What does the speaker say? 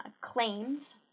claims